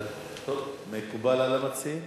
מקובל על המציעים?